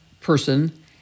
person